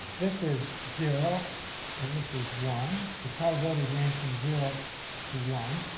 this is zero and this is one because probabilities range from zero to one.